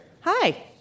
Hi